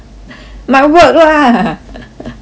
my work lah